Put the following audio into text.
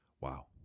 Wow